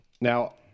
Now